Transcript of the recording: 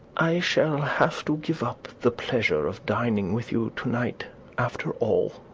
i shall have to give up the pleasure of dining with you to-night after all.